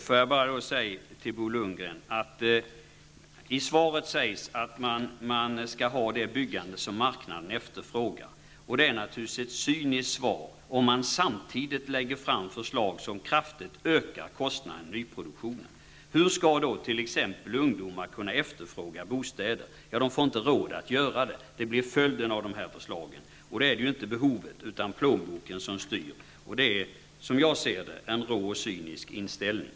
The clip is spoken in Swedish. Fru talman! I svaret sägs att vi skall ha det byggande som marknaden efterfrågar. Det är naturligtvis ett cyniskt svar om regeringen samtidigt lägger fram förslag som kraftigt ökar kostnaderna i nyproduktionen. Hur skall t.ex. ungdomar kunna efterfråga bostäder? De får inte råd att göra det. Det blir följden av dessa förslag. Det blir inte behovet utan plånboken som styr, och det är, som jag ser det, en rå och cynisk inställning.